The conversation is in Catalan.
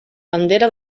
bandera